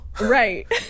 right